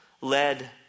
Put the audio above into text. led